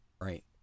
Right